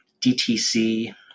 DTC